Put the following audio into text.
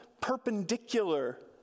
perpendicular